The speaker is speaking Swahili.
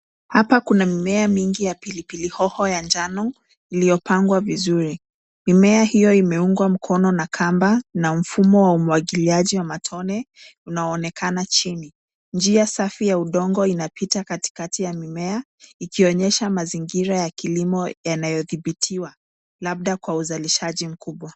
Hapa kuna mimea mingi ya pilipili hoho ya njano iliyopangwa vizuri. Mimea hiyo imeungwa mkono na kamba na mfumo wa umwagiliaji wa matone unaoonekana chini. Njia safi ya udongo inapita katikati ya mimea ikionyesha mazingira ya kilimo yanayodhibitiwa labda kwa uzalishaji mkubwa.